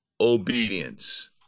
obedience